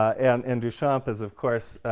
and and duchamp is, of course,